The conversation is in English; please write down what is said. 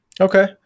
Okay